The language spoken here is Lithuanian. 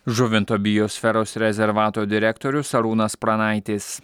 žuvinto biosferos rezervato direktorius arūnas pranaitis